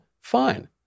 Fine